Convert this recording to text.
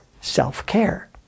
self-care